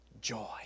joy